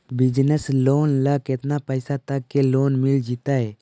Business loan ल केतना पैसा तक के लोन मिल जितै?